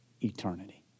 eternity